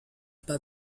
pas